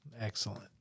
excellent